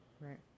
Right